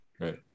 right